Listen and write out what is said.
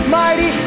mighty